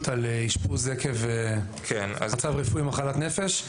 על אשפוז עקב מצב רפואי או מחלת נפש.